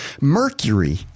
mercury